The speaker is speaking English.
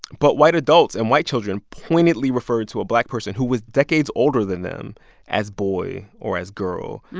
but white adults and white children pointedly referred to a black person who was decades older than them as boy or as girl.